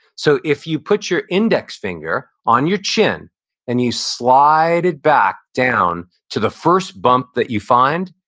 so if you put your index finger on your chin and you slide it back down to the first bump that you find,